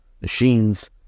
machines